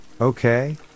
okay